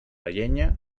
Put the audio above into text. llenya